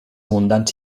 abundants